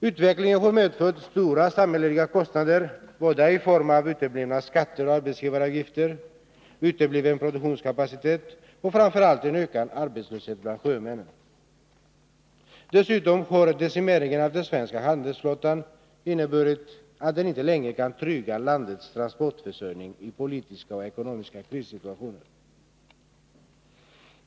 Utvecklingen har medfört stora samhälleliga kostnader i form av såväl uteblivna skatter och arbetsgivaravgifter som utebliven produktionskapacitet och framför allt en ökad arbetslöshet bland sjömännen. Dessutom har decimeringen av den svenska handelsflottan inneburit att den inte längre kan trygga landets transportförsörjning i politiska och ekonomiska krissituationer.